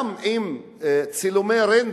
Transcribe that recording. לפנינו?